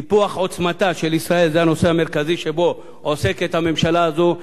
טיפוח עוצמתה של ישראל זה הנושא המרכזי שבו עוסקת הממשלה הזאת.